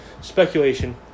speculation